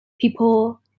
people